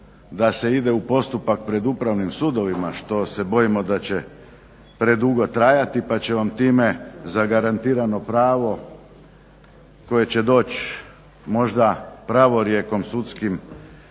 da se ide u postupak pred upravnim sudovima što se bojimo da će predugo trajati pa će vam time zagarantirano pravo koje će doći možda pravorijekom sudskim